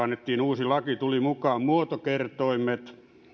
annettiin uusi laki kaksituhattakolmetoista tulivat mukaan muotokertoimet